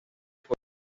fue